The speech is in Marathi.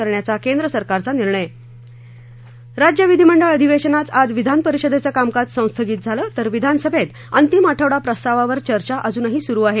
करण्याचा केंद्र सरकारचा निर्णय राज्य विधीमंडळ अधिवेशनात आज विधानपरिषदेचं कामकाज संस्थगित झालं तर विधानसभेत अंतिम आठवडा प्रस्तावावर चर्चा अजूनही सुरु आहे